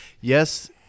Yes